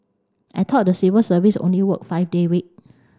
I thought the civil service only work five day week